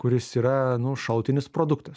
kuris yra nu šalutinis produktas